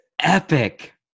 epic